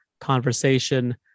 conversation